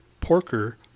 Porker